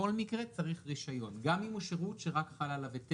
יש כאן בעיני בעיה מבנית.